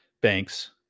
banks